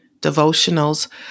devotionals